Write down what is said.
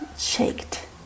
shaked